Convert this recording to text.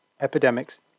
epidemics